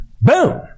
Boom